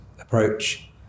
approach